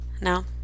no